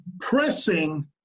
pressing